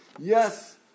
Yes